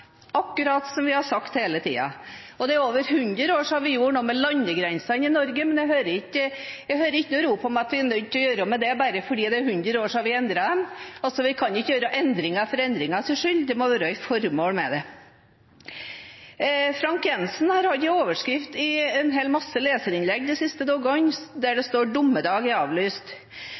akkurat som vi har sagt hele tiden. Det er over 100 år siden vi gjorde noe med landegrensene i Norge, men jeg hører ikke rop om at vi er nødt til å gjøre noe med det bare fordi det er 100 år siden vi endret dem. Vi kan ikke gjøre endringer for endringenes skyld. Det må være et formål med det. Frank J. Jenssen har hatt en del leserinnlegg de siste dagene, der overskriften er: «Dommedag avlyst.» Der prøver han å tilbakevise min antydning om at regjeringen har fått panikk når det